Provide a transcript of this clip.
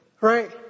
Right